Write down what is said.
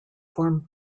form